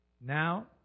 Now